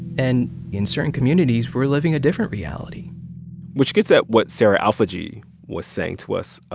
and in certain communities, we're living a different reality which gets at what sarah alhajji was saying to us. ah